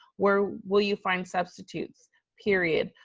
where will you find substitutes period,